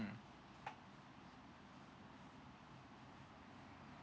mm